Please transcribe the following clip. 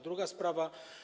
Druga sprawa.